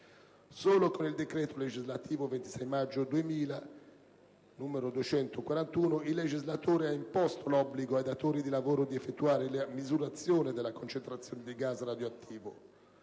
Solo con il decreto legislativo 26 maggio 2000, n. 241, il legislatore ha imposto ai datori di lavoro l'obbligo di effettuare la misurazione della concentrazione di gas radioattivo.